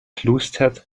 plustert